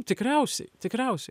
tikriausiai tikriausiai